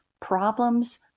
problems